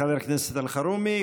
תודה לחבר הכנסת אלחרומי.